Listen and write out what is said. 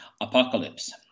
Apocalypse